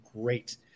great